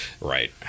Right